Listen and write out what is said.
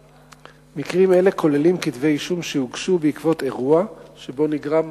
מקרים אלה כוללים כתבי אישום שהוגשו בעקבות אירוע שבו נגרם